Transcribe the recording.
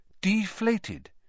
deflated